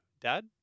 Dad